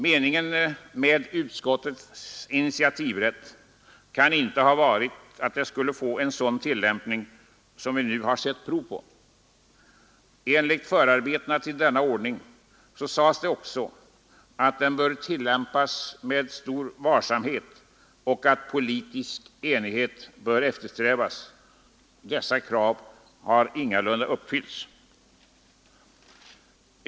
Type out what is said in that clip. Meningen med utskottens initiativrätt kan inte ha varit att den skulle få en sådan tillämpning som vi nu har sett prov på. I förarbetena till den nya ordningen sades det också att den bör tillämpas med största varsamhet och att politisk enighet bör eftersträvas. Dessa krav har ingalunda uppfyllts.